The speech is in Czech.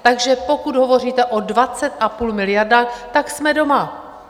Takže pokud hovoříte o 20,5 miliardách, tak jsme doma!